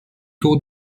tour